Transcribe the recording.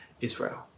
Israel